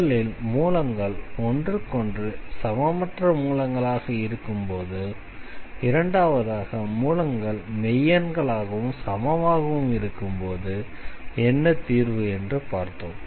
முதலில் மூலங்கள் ஒன்றுக்கொன்று சமமற்ற மூலங்களாக இருக்கும்போது இரண்டாவதாக மூலங்கள் மெய்யெண்கள் ஆகவும் சமமாகவும் இருக்கும்போது என்ன தீர்வு என்று பார்த்தோம்